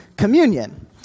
Communion